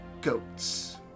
goats